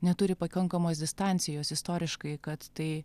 neturi pakankamos distancijos istoriškai kad tai